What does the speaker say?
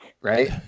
Right